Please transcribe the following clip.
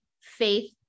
faith